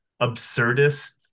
absurdist